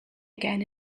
again